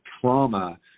trauma